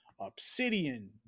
obsidian